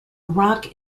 rock